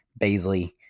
Baisley